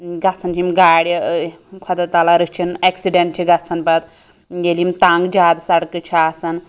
گَژھان یم گاڑِ خۄدا تعالیٰ رٔچھِن ایٚکسیٖڈنٛٹ چھِ گَژھان پَتہٕ ییٚلہِ یم تنٛگ زیادٕ سَڑکہٕ چھِ آسان